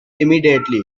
immediately